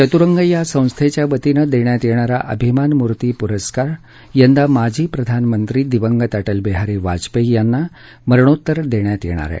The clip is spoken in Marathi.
चतुरंग या संस्थेतर्फे देण्यात येणारा अभिमानमूर्ती पुरस्कार यंदा माजी प्रधानमंत्री दिवंगत अटलबिहारी वाजपेयी यांना मरणोत्तर देण्यात येणार आहे